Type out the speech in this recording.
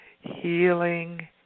Healing